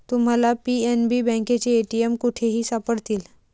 तुम्हाला पी.एन.बी बँकेचे ए.टी.एम कुठेही सापडतील